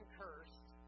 cursed